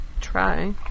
try